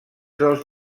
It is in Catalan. dels